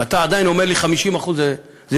ואתה עדיין אומר לי: 50% זה מיצוי?